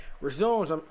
resumes